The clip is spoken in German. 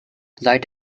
seit